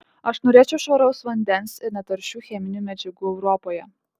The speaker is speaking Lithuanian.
aš norėčiau švaraus vandens ir netaršių cheminių medžiagų europoje